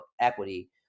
equity